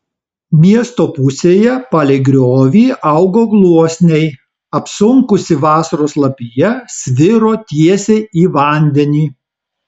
miesto pusėje palei griovį augo gluosniai apsunkusi vasaros lapija sviro tiesiai į vandenį